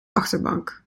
achterbank